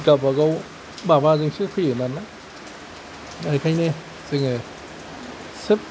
गावबा गाव माबाजोंसो फैयो नालाय बेखायनो जोङो सोब